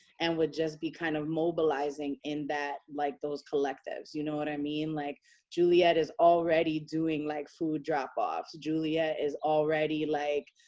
and would just be kind of mobilizing in that, like those collectives. you know what i mean? like juliet is already doing, like food drop offs. juliet is already like,